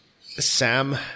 Sam –